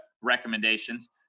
recommendations